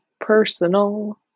personal